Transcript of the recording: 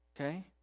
Okay